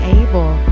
able